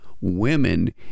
women